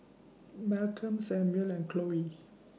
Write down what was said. Malcolm Samuel and Khloe